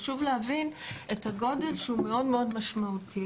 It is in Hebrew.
חשוב להבין שהגודל הוא מאוד-מאוד משמעותי.